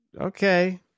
okay